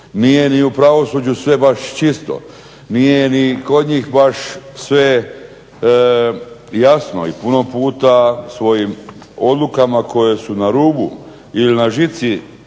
Nije ni u pravosuđu sve baš čisto. Nije ni kod njih baš sve jasno i puno puta svojim odlukama koje su na rubu ili na žici